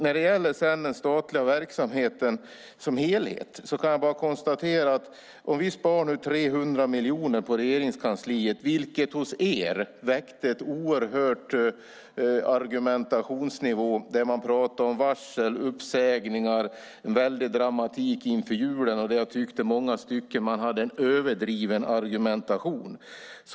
När det sedan gäller den statliga verksamheten som helhet kan jag konstatera att sparandet av 300 miljoner på Regeringskansliet hos er skapade en argumentationsnivå, där ni pratade om varsel, uppsägningar och en väldig dramatik inför julen, en som jag tyckte i många stycken överdriven argumentation.